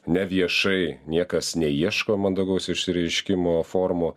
neviešai niekas neieško mandagaus išsireiškimo formų